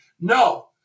no